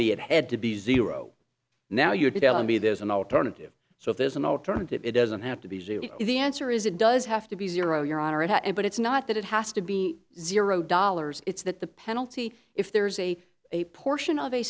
me it had to be zero now you're telling me there's an alternative so if there's an alternative it doesn't have to be zero the answer is it does have to be zero your honor at the end but it's not that it has to be zero dollars it's that the penalty if there is a a portion of a